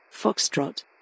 Foxtrot